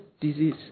disease